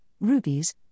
rubies